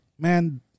man